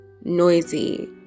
noisy